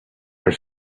your